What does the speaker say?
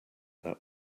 that